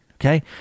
okay